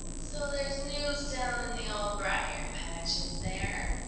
so there's news down in the old briar-patch, is there?